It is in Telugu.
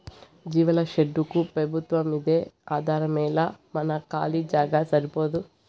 జీవాల షెడ్డుకు పెబుత్వంమ్మీదే ఆధారమేలా మన కాలీ జాగా సరిపోదూ